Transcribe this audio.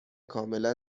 کاملا